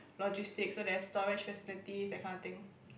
logistics so there's storage facilities that kind of thing